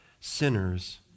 sinners